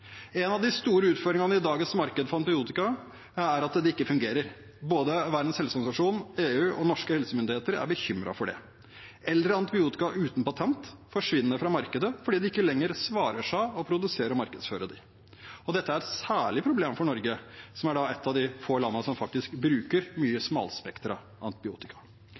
En av de store utfordringene i dagens marked for antibiotika er at de ikke fungerer. Både Verdens helseorganisasjon, EU og norske helsemyndigheter er bekymret for det. Eldre antibiotika uten patent forsvinner fra markedet fordi det ikke lenger svarer seg å produsere og markedsføre dem. Dette er et særlig problem for Norge som da er ett av de få landene som faktisk bruker mye smalspektret antibiotika.